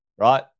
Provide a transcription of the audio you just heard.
right